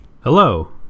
Hello